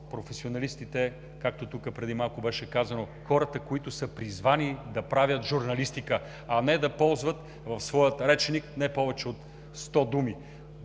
професионалистите, както тук преди малко беше казано – хората, които са призвани да правят журналистика, а не да ползват в своя речник не повече от сто думи.